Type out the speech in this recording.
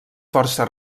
força